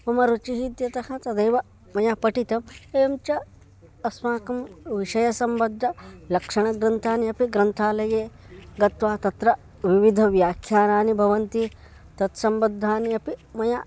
मम रुचिः इत्यतः तदैव मया पठितम् एवं च अस्माकं विषये सम्बद्ध लक्षणग्रन्थानि अपि ग्रन्थालये गत्वा तत्र विविध व्याख्यानानि भवन्ति तत् सम्बद्धानि अपि मया